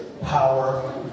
power